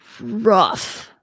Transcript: rough